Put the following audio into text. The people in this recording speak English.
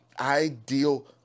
ideal